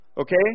okay